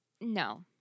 no